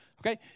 Okay